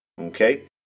Okay